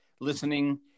listening